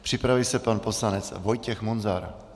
Připraví se pan poslanec Vojtěch Munzar.